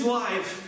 life